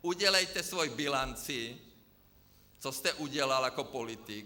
Udělejte svoji bilanci, co jste udělal jako politik.